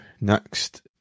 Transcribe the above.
next